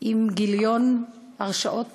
עם גיליון הרשעות נקי,